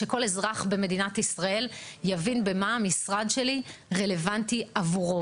שכל אזרח במדינת ישראל יבין במה המשרד שלי רלוונטי עבורו,